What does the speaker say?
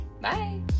Bye